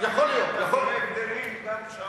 אתה רואה הבדלים גם שם.